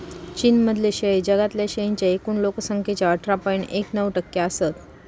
चीन मधले शेळे जगातल्या शेळींच्या एकूण लोक संख्येच्या अठरा पॉइंट एक नऊ टक्के असत